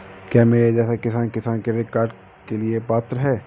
क्या मेरे जैसा किसान किसान क्रेडिट कार्ड के लिए पात्र है?